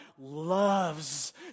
loves